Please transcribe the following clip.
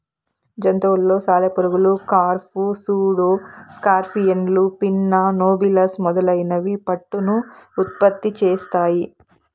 జంతువులలో సాలెపురుగులు, కార్ఫ్, సూడో స్కార్పియన్లు, పిన్నా నోబిలస్ మొదలైనవి పట్టును ఉత్పత్తి చేస్తాయి